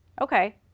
Okay